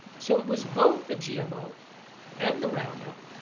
so it was both the gmo and the roundup,